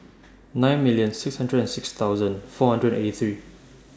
nine million six hundred and six thousand four hundred and eighty three